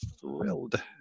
thrilled